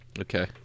Okay